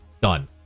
done